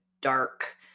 dark